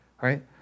Right